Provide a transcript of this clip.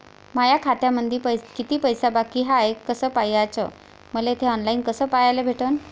माया खात्यामंधी किती पैसा बाकी हाय कस पाह्याच, मले थे ऑनलाईन कस पाह्याले भेटन?